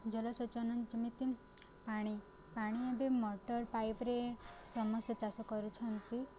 ଜଳସେଚନ ଯେମିତି ପାଣି ପାଣି ଏବେ ମୋଟର୍ ପାଇପ୍ରେ ସମସ୍ତେ ଚାଷ କରୁଛନ୍ତି